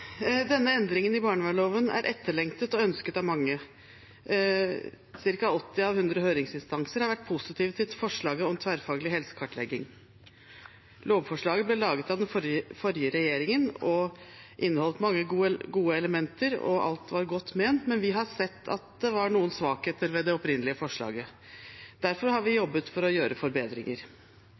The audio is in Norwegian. etterlengtet og ønsket av mange. Cirka 80 av 100 høringsinstanser har vært positive til forslaget om tverrfaglig helsekartlegging. Lovforslaget ble laget av den forrige regjeringen og inneholdt mange gode elementer, og alt var godt ment. Men vi har sett at det var noen svakheter ved det opprinnelige forslaget. Derfor har vi jobbet for å gjøre forbedringer.